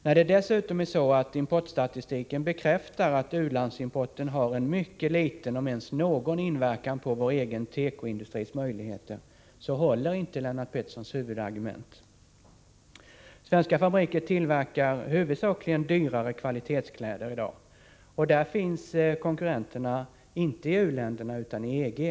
När dessutom importstatistiken bekräftar att u-landsimporten har en mycket liten om ens någon inverkan på vår tekoindustris möjligheter, håller inte Lennart Petterssons huvudargument. Svenska fabriker tillverkar i dag huvudsakligen dyrare kvalitetskläder. Där finns konkurrenterna inte i u-länderna utan i EG.